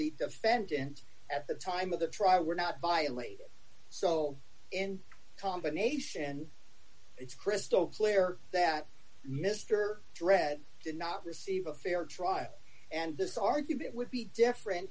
the defendant at the time of the trial were not violated so in combination it's crystal clear that mr dred did not receive a fair trial and this argument would be different